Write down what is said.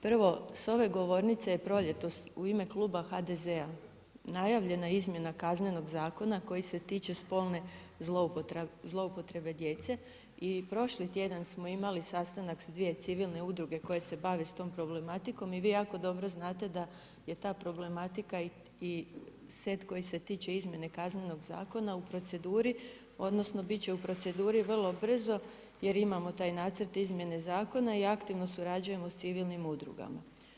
Prvo, s ove govornice je proljetos u ime Kluba HDZ-a najavljena izmjena Kaznenog zakona koji se tiče spolne zloupotrebe djece i prošli tjedan smo imali sastanak s dvije civilne udruge koje se bave s tom problematikom i vi jako dobro znate da je ta problematika i set koji se tiče izmjene Kaznenog zakona u proceduri, odnosno bit će u proceduri vrlo brzo jer imamo taj nacrt izmjene zakona i aktivno surađujemo s civilnim udrugama.